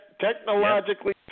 technologically